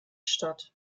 statt